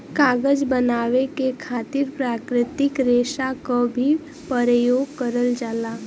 कागज बनावे के खातिर प्राकृतिक रेसा क भी परयोग करल जाला